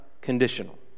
conditional